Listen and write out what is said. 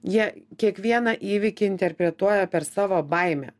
jie kiekvieną įvykį interpretuoja per savo baimę